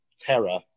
terror